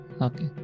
Okay